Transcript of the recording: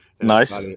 Nice